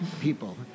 people